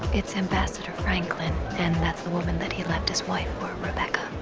it's ambassador franklin, and that's the woman that he left his wife for, rebecca.